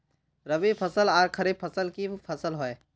रवि फसल आर खरीफ फसल की फसल होय?